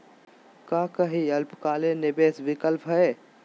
का काई अल्पकालिक निवेस विकल्प हई?